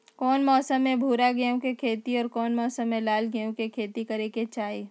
कौन मौसम में भूरा गेहूं के खेती और कौन मौसम मे लाल गेंहू के खेती करे के चाहि?